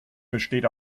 besteht